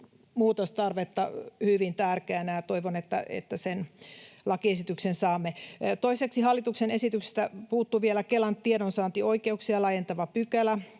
muutostarvetta hyvin tärkeänä ja toivon, että sen lakiesityksen saamme. Toiseksi hallituksen esityksestä puuttui vielä Kelan tiedonsaantioikeuksia laajentava pykälä,